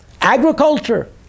Agriculture